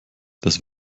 das